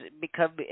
become